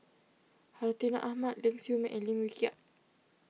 Hartinah Ahmad Ling Siew May and Lim Wee Kiak